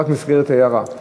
זה רק במסגרת ההערה,